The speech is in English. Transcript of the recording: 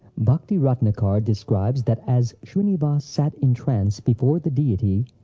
bhakti-ratnakara describes that as shrinivas sat in trance before the deity,